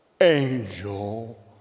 angel